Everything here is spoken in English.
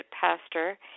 pastor